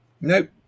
Nope